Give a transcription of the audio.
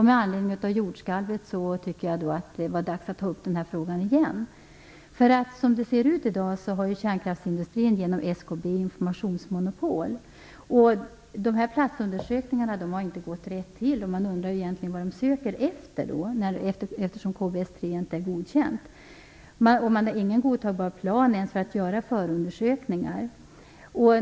Med anledning av jordskalvet tyckte jag att det var dags att ta upp den här frågan igen. Som det ser ut i dag har kärnkraftsindustrin genom SKB ett informationsmonopol. Platsundersökningarna har inte gått rätt till. Jag undrar vad man egentligen söker efter, eftersom KBS-3-metoden inte är godkänd. Man har inte ens en godtagbar plan för att göra förundersökningar.